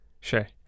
Sure